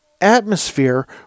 atmosphere